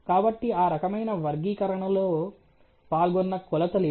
కాబట్టి ఆ రకమైన వర్గీకరణలో పాల్గొన్న కొలత లేదు